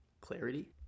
clarity